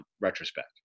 retrospect